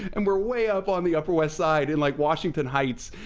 and we're way up on the upper west side, in like washington heights,